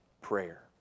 Prayer